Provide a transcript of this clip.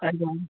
ଆଜ୍ଞା